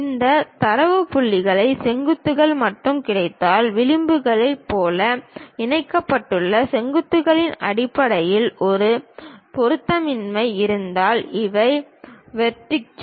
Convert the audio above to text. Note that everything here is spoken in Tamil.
இந்த தரவு புள்ளிகள் செங்குத்துகள் மட்டுமே கிடைத்தால் விளிம்புகள் போல இணைக்கப்பட்டுள்ள செங்குத்துகளின் அடிப்படையில் ஒரு பொருத்தமின்மை இருந்தால் இவை வெர்டிச்கள்